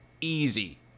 easy